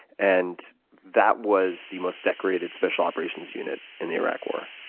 and that was the most decorate and special operations unit in the iraq war?